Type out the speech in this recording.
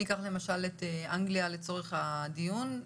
ניקח את אנגליה לצורך הדיון.